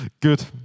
Good